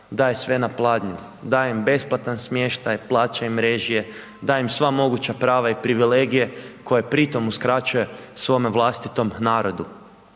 daje sve na pladnju, daje im besplatan smještaj, plaća im režije, daje im sva moguća prava i privilegije, koje pri tom uskraćuje svome vlastitom narodu.